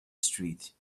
street